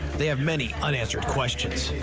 they have many unanswered questions.